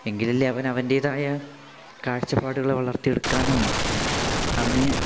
എങ്കിലല്ലേ അവനവൻറ്റേതായ കാഴ്ചപ്പാടുകളെ വളർത്തിയെടുക്കാനും അവന്